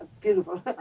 beautiful